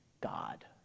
God